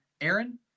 Aaron